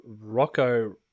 Rocco